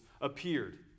appeared